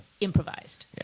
improvised